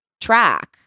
track